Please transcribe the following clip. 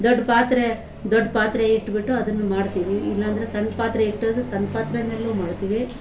ದೊಡ್ಡ ಪಾತ್ರೆ ದೊಡ್ಡ ಪಾತ್ರೆ ಇಟ್ಬಿಟ್ಟು ಅದನ್ನು ಮಾಡ್ತಿವಿ ಇಲ್ಲಾಂದರೆ ಸಣ್ಣ ಪಾತ್ರೆ ಇಟ್ಟಾದರು ಸಣ್ಣ ಪಾತ್ರೆ ಮೇಲೂ ಮಾಡ್ತಿವಿ